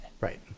right